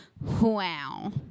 wow